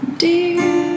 dear